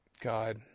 God